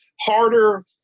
harder